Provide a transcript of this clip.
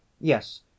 Yes